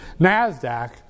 NASDAQ